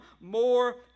more